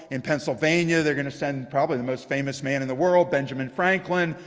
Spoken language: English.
in pennsylvania they're going to send, probably the most famous man in the world, benjamin franklin.